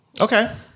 Okay